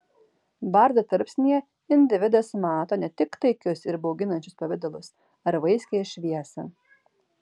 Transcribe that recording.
bardo tarpsnyje individas mato ne tik taikius ir bauginančius pavidalus ar vaiskiąją šviesą